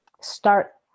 start